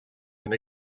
and